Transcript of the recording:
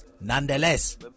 Nonetheless